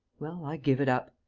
well, i give it up.